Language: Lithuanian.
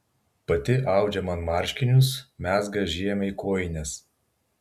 pati audžia man marškinius mezga žiemai kojines